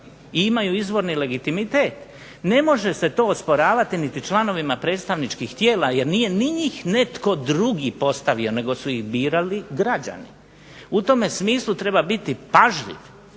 i imaju izvorni legitimitet ne može se to osporavati niti članovima predstavničkih tijela jer nije ni njih netko drugi postavio nego su ih birali građani. U tome smislu treba biti pažljiv,